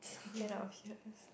cannot hear us